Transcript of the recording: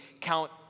count